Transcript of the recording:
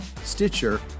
Stitcher